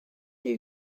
you